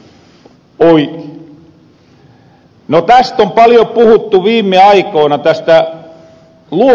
no tästä luomuruoasta on paljo puhuttu viime aikoina